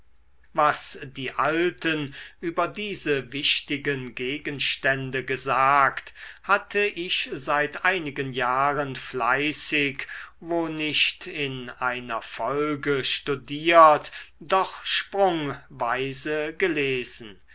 was die alten über diese wichtigen gegenstände gesagt hatte ich seit einigen jahren fleißig wo nicht in einer folge studiert doch sprungweise gelesen